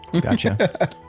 Gotcha